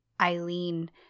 eileen